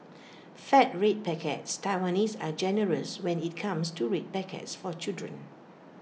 fat red packets Taiwanese are generous when IT comes to red packets for children